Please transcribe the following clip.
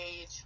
age